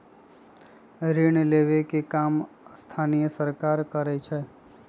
ऋण लेवे के काम स्थानीय सरकार करअलई